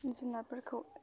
जुनारफोरखौ